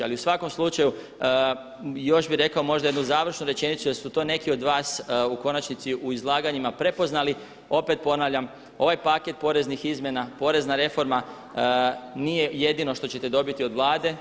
Ali u svakom slučaju još bih rekao možda jednu završnu rečenicu jer su to neki od vas u konačnici u izlaganjima prepoznali, opet ponavljam, ovaj paket poreznih izmjena, porezna reforma nije jedini što ćete dobiti od Vlade.